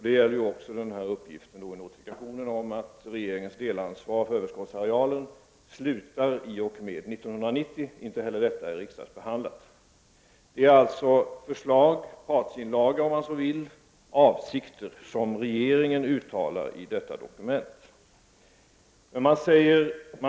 Det gäller för övrigt också uppgiften i notifikationen om att regeringens delansvar för överskottsarealen slutar i och med 1990; inte heller denna fråga har blivit föremål för behandling av riksdagen. Det som regeringen uttalar i detta dokument är alltså ett förslag — en partsinlaga om man så vill — och avsikter.